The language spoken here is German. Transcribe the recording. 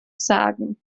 sagen